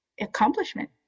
accomplishment